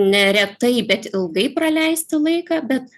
neretai bet ilgai praleisti laiką bet